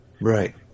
Right